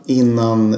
innan